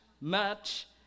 match